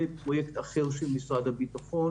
זה פרויקט אחר של משרד הביטחון.